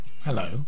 Hello